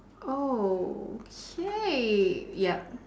oh okay yup